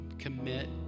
commit